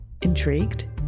Intrigued